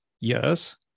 Yes